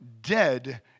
dead